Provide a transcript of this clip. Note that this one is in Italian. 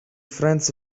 franz